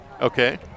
Okay